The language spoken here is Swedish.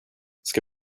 ska